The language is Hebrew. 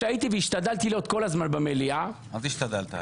כשהייתי והשתדלתי להיות כול הזמן במליאה -- מה זה השתדלת?